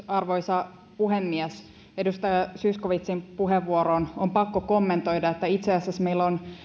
arvoisa puhemies edustaja zyskowiczin puheenvuoroon on pakko kommentoida että itse asiassa meillä on